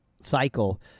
cycle